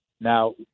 now